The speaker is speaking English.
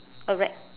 a rack